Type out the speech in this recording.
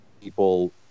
people